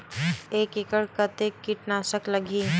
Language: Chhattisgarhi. एक एकड़ कतेक किट नाशक लगही?